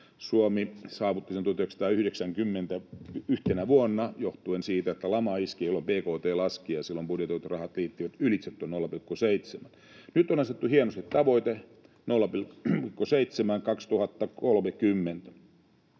Suomi saavutti sen 1990 yhtenä vuonna johtuen siitä, että lama iski, jolloin bkt laski ja silloin budjetoidut rahat riittivät ylitse tuon 0,7:n. Nyt on asetettu hienosti tavoite: 0,7, 2030.